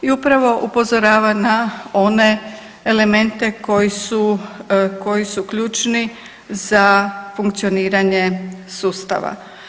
I upravo upozorava na one elemente koji su ključni za funkcioniranje sustava.